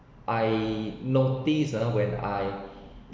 I noticed ah when I